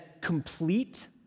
complete